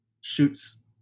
shoots